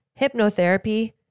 hypnotherapy